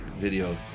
video